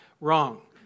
Wrong